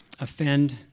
offend